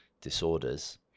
disorders